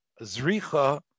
Zricha